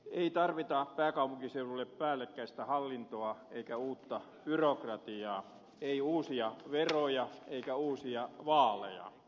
ei tarvita pääkaupunkiseudulle päällekkäistä hallintoa eikä uutta byrokratiaa ei uusia veroja eikä uusia vaaleja